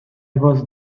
was